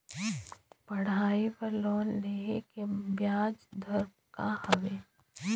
पढ़ाई बर लोन लेहे के ब्याज दर का हवे?